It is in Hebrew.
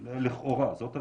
לכאורה זאת עבירה.